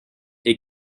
est